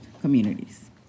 communities